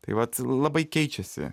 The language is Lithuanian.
taip vat labai keičiasi